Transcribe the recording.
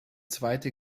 zweite